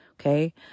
okay